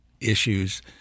issues